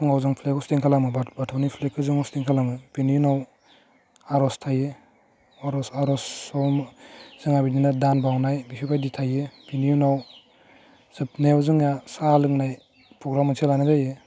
फुङाव जों flag hoisting खालामो बा बाथौनि फ्लेगखौ जों हसटिं खालामो बिनि उनाव आर'ज थायो आर'ज आर'ज सम जोंहा बिदिनो दान बाउनाय बेफोरबायदि थायो बेनि उनाव जोबनायाव जोंहा साह लोंनाय प्रग्राम मोनसे लानाय जायो